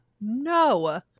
No